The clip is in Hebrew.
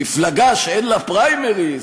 מפלגה שאין לה פריימריז,